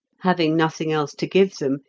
having nothing else to give them,